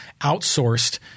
outsourced